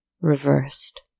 reversed